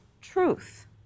truth